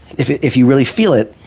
if if you really feel it,